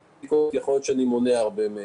ויכול להיות שאני מונע רבות מהן.